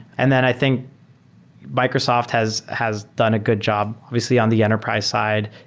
and then i think microsoft has has done a good job obviously on the enterprise side,